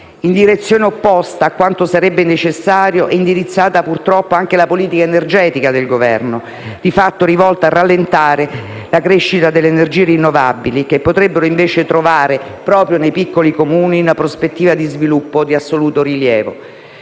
In direzione opposta a quanto sarebbe necessario è indirizzata anche la politica energetica del Governo, di fatto rivolta a rallentare la crescita delle energie rinnovabili che potrebbe invece trovare proprio nei piccoli Comuni una prospettiva di sviluppo di assoluto rilievo,